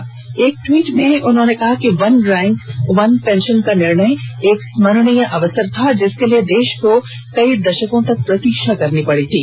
श्री मोदी ने एक ट्वीट में कहा कि वन रैंक वन पेंशन का निर्णय एक स्मरणीय अवसर था जिसके लिए देश को कई दशकों तक प्रतीक्षा करनी पड़ी थी